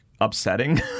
Upsetting